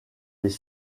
les